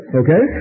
okay